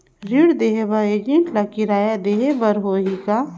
ऋण देहे बर एजेंट ला किराया देही बर होही का?